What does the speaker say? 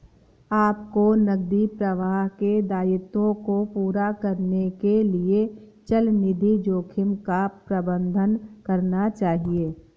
आपको नकदी प्रवाह के दायित्वों को पूरा करने के लिए चलनिधि जोखिम का प्रबंधन करना चाहिए